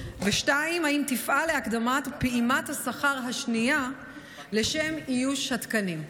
2. האם תפעל להקדמת פעימת השכר השנייה לשם איוש התקנים?